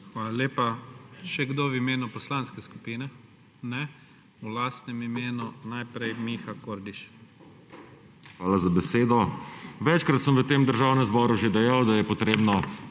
Hvala lepa. Še kdo v imenu poslanske skupine? Ne. V lastnem imenu najprej Miha Kordiš. MIHA KORDIŠ (PS Levica): Hvala za besedo. Večkrat sem v tem državnem zboru že dejal, da je potrebno